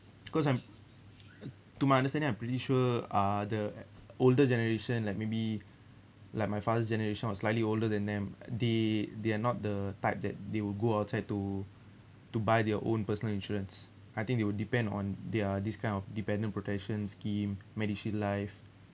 cause I'm to my understanding I'm pretty sure uh the older generation like maybe like my father's generation or slightly older than them they they are not the type that they will go outside to to buy their own personal insurance I think they will depend on their this kind of dependent protection scheme medishield life